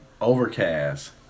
Overcast